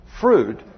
fruit